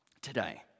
today